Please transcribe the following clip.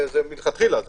זה מלכתחילה.